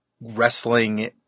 wrestling